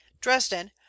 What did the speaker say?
dresden